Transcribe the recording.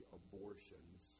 abortions